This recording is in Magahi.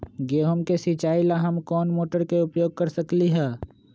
गेंहू के सिचाई ला हम कोंन मोटर के उपयोग कर सकली ह?